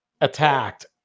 attacked